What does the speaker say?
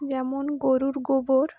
যেমন গরুর গোবর